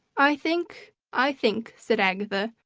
i think i think, said agatha,